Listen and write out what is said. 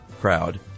crowd